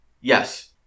Yes